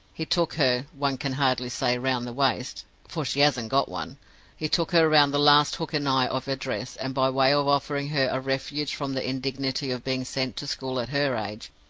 he took her one can hardly say round the waist, for she hasn't got one he took her round the last hook-and-eye of her dress, and, by way of offering her a refuge from the indignity of being sent to school at her age,